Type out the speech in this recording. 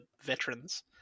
veterans